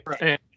Right